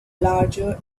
larger